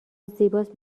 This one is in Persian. زیباست